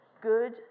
Good